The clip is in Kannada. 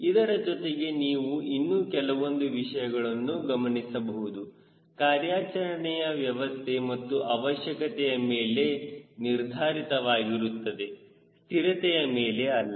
ಇದರ ಜೊತೆಗೆ ನೀವು ಇನ್ನೂ ಕೆಲವೊಂದು ವಿಷಯಗಳನ್ನು ಗಮನಿಸಬಹುದು ಕಾರ್ಯಾಚರಣೆಯ ವ್ಯವಸ್ಥೆ ಹಾಗೂ ಅವಶ್ಯಕತೆಯ ಮೇಲೆ ನಿರ್ಧಾರಿತವಾಗಿರುತ್ತದೆ ಸ್ಥಿರತೆಯ ಮೇಲೆ ಅಲ್ಲ